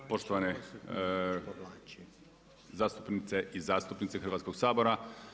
Poštovane zastupnice i zastupnici Hrvatskog sabora.